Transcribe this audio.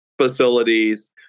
facilities